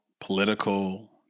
political